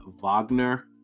Wagner